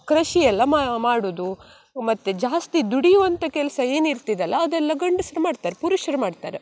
ಕೃಷಿ ಎಲ್ಲ ಮಾಡುವುದು ಮತ್ತು ಜಾಸ್ತಿ ದುಡಿಯುವಂಥ ಕೆಲಸ ಏನಿರ್ತದಲ್ಲ ಅದೆಲ್ಲ ಗಂಡಸ್ರು ಮಾಡ್ತಾರೆ ಪುರುಷರು ಮಾಡ್ತಾರೆ